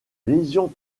lésion